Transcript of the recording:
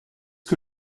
que